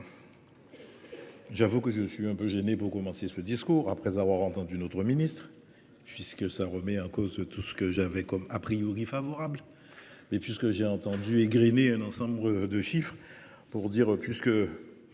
J'avoue que je suis un peu gêné pour commencer ce discours après avoir entendu notre ministre. Puisque ça remet en cause tout ce que j'avais comme a priori favorable. Et puisque j'ai entendu égréner un ensemble de chiffres pour dire puisque.